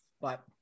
but-